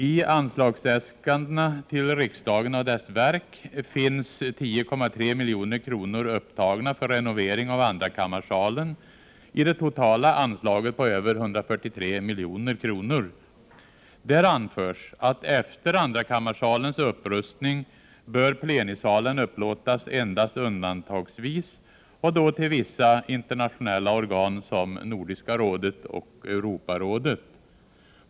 I anslagsäskandena till riksdagen och dess verk finns 10,3 milj.kr. upptagna för renovering av andrakammarsalen i det totala anslaget på över 143 milj.kr. Det har anförts att plenisalen efter andrakammarsalens upprustning bör upplåtas endast undantagsvis och då till vissa internationella organ som Nordiska rådet och Europarådet.